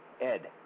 Ed